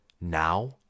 Now